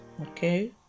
Okay